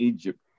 Egypt